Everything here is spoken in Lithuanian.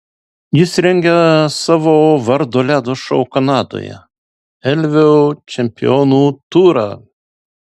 jis rengia savo vardo ledo šou kanadoje elvio čempionų turą